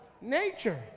nature